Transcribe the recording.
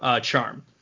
charm